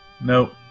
Nope